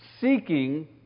seeking